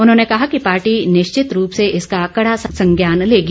उन्होंने कहा कि पार्टी निश्चित रूप से इसका कड़ा संज्ञान लेगी